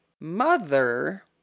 mother